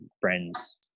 friends